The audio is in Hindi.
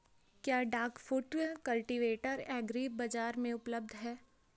क्या डाक फुट कल्टीवेटर एग्री बाज़ार में उपलब्ध है?